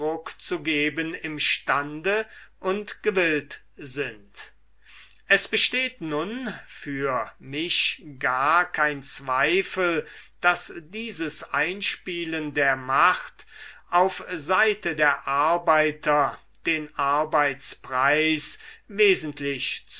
zu geben im stände und gewillt sind es besteht nun für mich gar kein zweifel daß dieses einspielen der ivfacht auf seite der arbeiter den arbeitspreis wesentlich